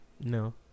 No